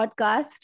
podcast